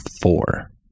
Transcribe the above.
four